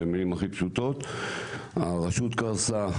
הרשות קרסה,